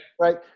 Right